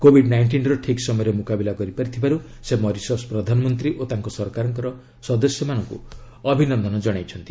Covid ନାଇଷ୍ଟିନ୍ର ଠିକ୍ ସମୟରେ ମୁକାବିଲା କରିପାରିଥିବାରୁ ସେ ମରିସସ୍ ପ୍ରଧାନମନ୍ତ୍ରୀ ଓ ତାଙ୍କ ସରକାରର ସଦସ୍ୟମାନଙ୍କୁ ଅଭିନନ୍ଦନ ଜଣାଇଛନ୍ତି